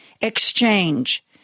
exchange